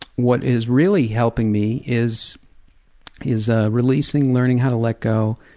what is really helping me is is ah releasing, learning how to let go,